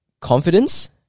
confidence